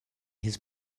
his